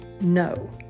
No